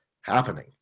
happening